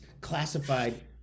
classified